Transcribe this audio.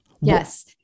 Yes